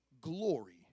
glory